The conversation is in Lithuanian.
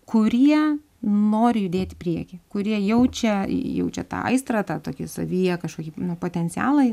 kurie nori judėt į priekį kurie jaučia jaučia tą aistrą tą tokį savyje kažkokį potencialą